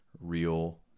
real